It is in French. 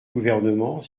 gouvernement